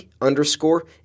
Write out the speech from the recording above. underscore